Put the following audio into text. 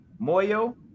Moyo